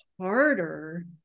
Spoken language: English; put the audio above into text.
harder